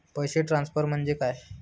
पैसे ट्रान्सफर म्हणजे काय?